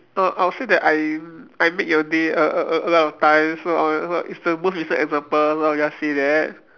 uh I would say that I'm I make your day a a a lot of times so it's the more recent example so I will just say that